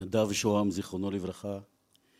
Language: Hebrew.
נדב שוהם, זיכרונו לברכה.